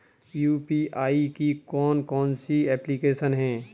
UPI की कौन कौन सी एप्लिकेशन हैं?